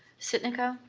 sitnikau?